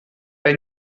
bei